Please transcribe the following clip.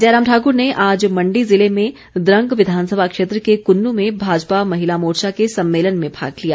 जयराम ठाकुर ने आज मण्डी ज़िले में द्रंग विधानसभा क्षेत्र के कुन्नू में भाजपा महिला मोर्चा के सम्मेलन में भाग लिया